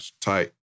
Tight